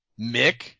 Mick